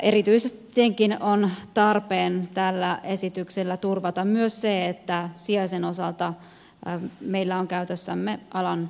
erityisesti tietenkin on tarpeen tällä esityksellä turvata myös se että sijaisen osalta meillä on käytössämme alan ammattilaiset